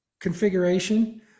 configuration